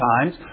times